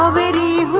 um lady